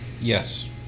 Yes